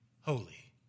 Holy